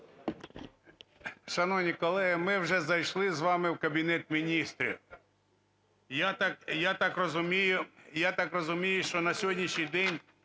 Шановні колеги, ми вже зайшли з вами в Кабінет Міністрів. Я так розумію, я так розумію, що на сьогоднішній день